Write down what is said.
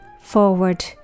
forward